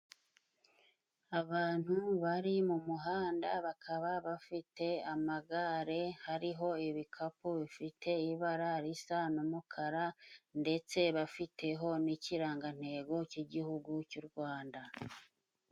Abantu bari mu muhanda, bakaba bafite amagare hariho ibikapu bifite ibara risa n'umukara, ndetse bafiteho n'ikirangantego cy'igihugu cy'u Rwanda.